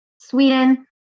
Sweden